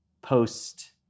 post